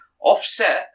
offset